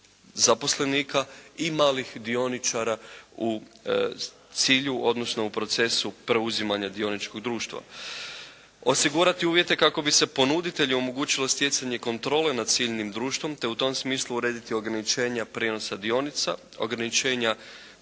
zaposlenika i malih dioničara u cilju odnosno u procesu preuzimanja dioničkog društava. Osigurati uvjete kako bi se ponuditelju omogućilo stjecanje kontrole nad ciljnim društvom te u tom smislu urediti ograničenja prijenosa dionica, ograničenja